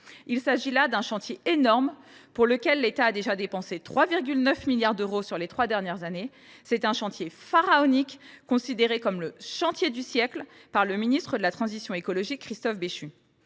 Il s’agit là d’un chantier énorme, pour lequel l’État a déjà dépensé 3,9 milliards d’euros sur les trois dernières années. C’est un chantier « pharaonique », considéré comme « le chantier du siècle » par le ministre de la transition écologique, Christophe Béchu.